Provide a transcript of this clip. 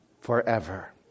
forever